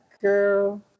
Girl